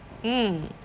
mm